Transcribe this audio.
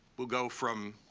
will go from,